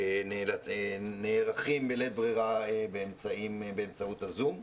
נערכים בלית ברירה באמצעות הזום.